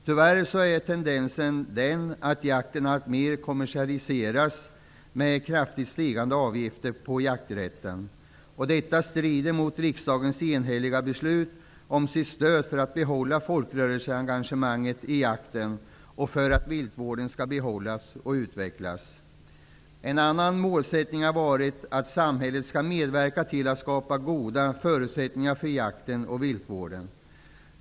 Tyvärr är tendensen den att jakten alltmer kommersialiseras med kraftigt stigande avgifter på jakträtten. Detta strider mot riksdagens enhälliga beslut om sitt stöd för att behålla folkrörelseengagemanget i jakten och för att viltvården skall behållas och utvecklas. En annan målsättning har varit att samhället skall medverka till att skapa goda förutsättningar för jakten och viltvården.